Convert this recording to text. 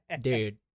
dude